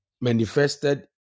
manifested